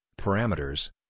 parameters